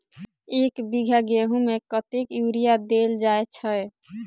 एक बीघा गेंहूँ मे कतेक यूरिया देल जाय छै?